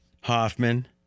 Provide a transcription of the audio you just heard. Hoffman